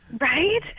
Right